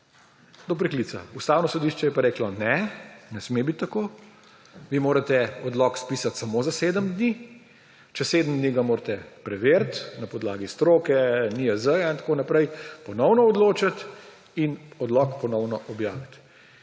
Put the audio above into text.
do preklica. Ustavno sodišče ja pa reklo: »Ne, ne sme biti tako. Vi morate odlok spisati samo za sedem dni, čez sedem dni ga morate preveriti na podlagi stroke, NIJZ in tako naprej, ponovno odločiti in odlok ponovno objaviti.